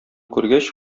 күргәч